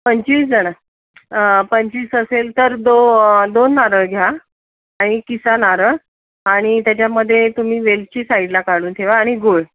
पंचवीस जणं पंचवीस असेल तर दो दोन नारळ घ्या आणि किसा नारळ आणि त्याच्यामध्ये तुम्ही वेलची साईडला काढून ठेवा आणि गूळ